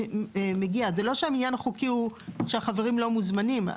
זה לא שהמניין החוקי הוא שהחברים לא מוזמנים.